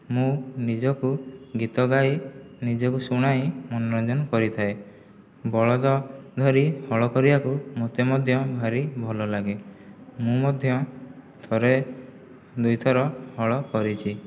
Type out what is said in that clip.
ମୁଁ ନିଜକୁ ଗୀତ ଗାଇ ନିଜକୁ ଶୁଣାଇ ମନୋରଞ୍ଜନ କରିଥାଏ ବଳଦ ଧରି ହଳ କରିବାକୁ ମୋତେ ମଧ୍ୟ ଭାରି ଭଲଲାଗେ ମୁଁ ମଧ୍ୟ ଥରେ ଦୁଇଥର ହଳ କରଛି